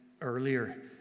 earlier